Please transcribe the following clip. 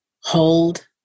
hold